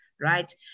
Right